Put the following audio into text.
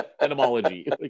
etymology